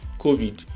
COVID